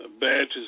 badges